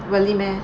really meh